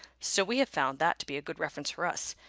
so we have found that to be a good reference for us.